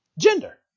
gender